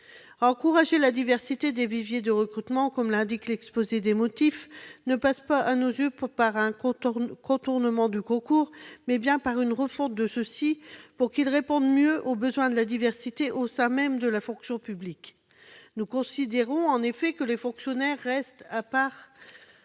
Encourager la diversité des viviers de recrutement, objectif invoqué dans l'exposé des motifs, ne passe pas, à nos yeux, par un contournement du concours, mais par une refonte des concours pour qu'ils répondent mieux au besoin de diversité au sein de la fonction publique. Nous considérons que les fonctionnaires restent,